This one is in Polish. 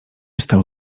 stał